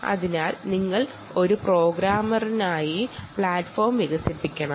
അതിനാൽ നിങ്ങൾ ഒരു പ്രോഗ്രാമറിനായി പ്ലാറ്റ്ഫോം വികസിപ്പിക്കണം